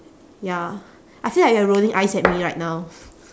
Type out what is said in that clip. ya I feel like you are rolling eyes at me right now